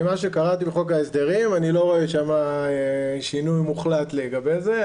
ממה שקראתי בחוק ההסדרים אני לא רואה שם שינוי מוחלט לגבי זה,